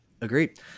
Agreed